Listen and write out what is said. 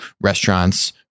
restaurants